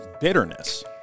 bitterness